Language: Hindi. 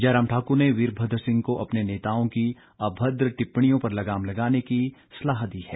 जयराम ठाकुर ने वीरभद्र सिंह को अपने नेताओं की अभद्र टिप्पणियों पर लगाम लगाने की सलाह दी है